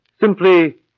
Simply